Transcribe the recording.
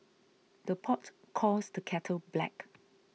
the pot calls the kettle black